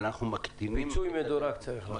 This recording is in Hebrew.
צריך לעשות פיצוי מדורג.